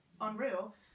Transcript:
unreal